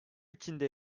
içinde